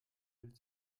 bild